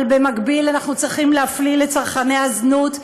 אבל במקביל אנחנו צריכים להפליל את צרכני הזנות,